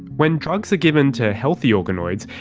when drugs are given to healthy organoids,